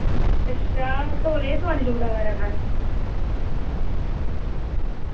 अच्छा तौले गे सोआली ओड़ै करै करो